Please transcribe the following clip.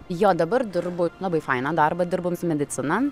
jo dabar dirbu labai faina darbą dirbam su medicina